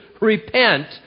Repent